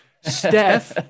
Steph